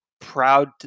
proud